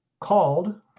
called